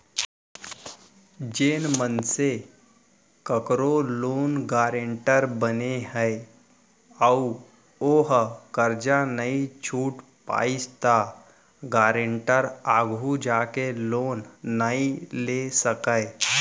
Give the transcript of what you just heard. जेन मनसे कखरो लोन गारेंटर बने ह अउ ओहा करजा नइ छूट पाइस त गारेंटर आघु जाके लोन नइ ले सकय